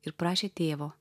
ir prašė tėvo